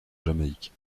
jamaïque